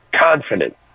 confident